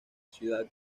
ciudad